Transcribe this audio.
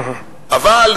אבל,